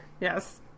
yes